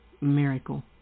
miracle